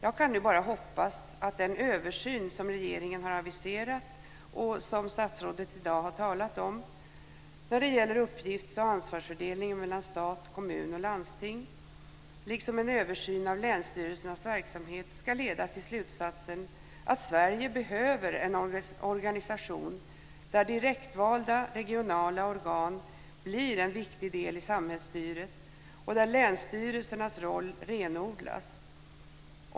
Jag kan nu bara hoppas att den översyn som regeringen har aviserat och som statsrådet i dag har talat om när det gäller uppgifts och ansvarsfördelningen mellan stat, kommun och landsting liksom en översyn av länsstyrelsernas verksamhet ska leda till slutsatsen att Sverige behöver en organisation där direktvalda regionala organ blir en viktig del i samhällsstyret, och där länsstyrelsernas roll renodlas.